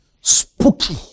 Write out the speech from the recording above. spooky